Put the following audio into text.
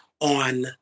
on